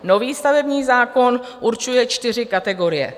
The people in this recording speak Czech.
Nový stavební zákon určuje čtyři kategorie.